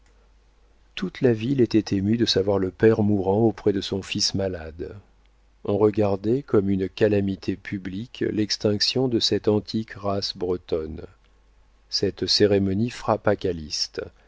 toute la ville était émue de savoir le père mourant auprès de son fils malade on regardait comme une calamité publique l'extinction de cette antique race bretonne cette cérémonie frappa calyste